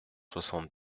soixante